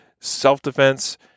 self-defense